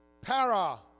Para